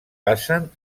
passen